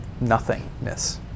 nothingness